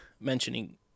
Mentioning